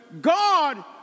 God